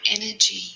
energy